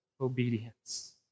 obedience